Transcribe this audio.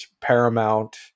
paramount